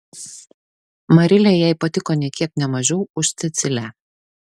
marilė jai patiko nė kiek ne mažiau už cecilę